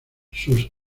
sus